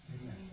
Amen